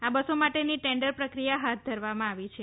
આ બસો માટેની ટેન્ડર પ્રક્રિયા હાથ ધરવામાં આવી છે